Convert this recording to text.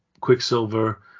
Quicksilver